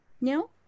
No